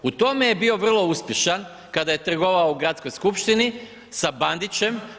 U tome je bio vrlo uspješan kada je trgovao u gradskoj skupštini sa Bandićem.